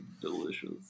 delicious